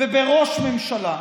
ובראש ממשלה